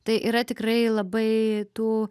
tai yra tikrai labai tų